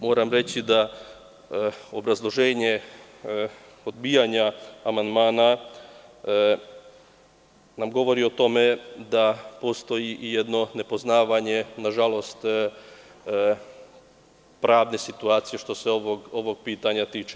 Moram reći da obrazloženje odbijanja amandmana nam govori o tome da postoji jedno nepoznavanje, nažalost, pravne situacije što se ovog pitanja tiče.